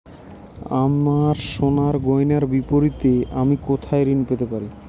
আমার সোনার গয়নার বিপরীতে আমি কোথায় ঋণ পেতে পারি?